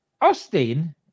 Austin